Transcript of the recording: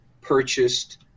purchased